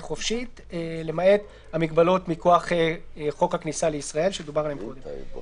חופשית למעט המגבלות מכוח חוק הכניסה לישראל שדובר עליהן קודם.